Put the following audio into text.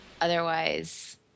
Otherwise